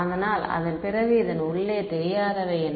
அதனால் அதன் பிறகு இதன் உள்ளே தெரியாதவை என்ன